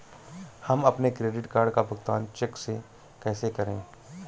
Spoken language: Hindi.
हम अपने क्रेडिट कार्ड का भुगतान चेक से कैसे करें?